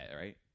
right